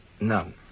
None